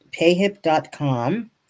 payhip.com